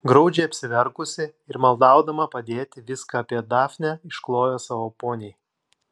graudžiai apsiverkusi ir maldaudama padėti viską apie dafnę išklojo savo poniai